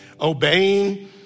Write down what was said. obeying